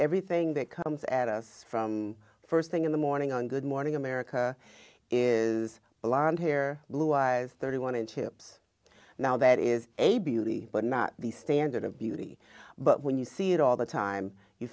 everything that comes at us from first thing in the morning on good morning america is a lot of hair blue eyes thirty one inches now that is a beauty but not the standard of beauty but when you see it all the time you